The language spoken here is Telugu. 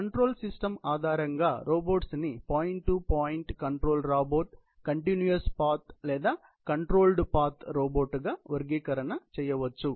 కంట్రోల్ సిస్టం ఆధారంగా రోబోట్స్ ని point to point control robot continuous path లేదా కంట్రోల్డ్ పాత్ రోబోట్ గా వర్గీకరణ చేయవచ్చు